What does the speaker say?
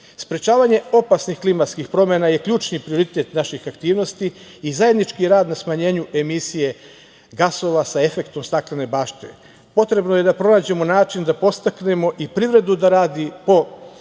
opasnih klimatskih promena je ključni prioritet naših aktivnosti i zajednički rad na smanjenju emisije gasova sa efektom staklene bašte. Potrebno je da pronađemo način da podstaknemo i privredu da radi